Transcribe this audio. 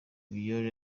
mignonne